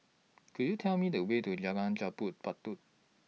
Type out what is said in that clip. Could YOU Tell Me The Way to Jalan Jambu Batu